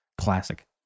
classic